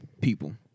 people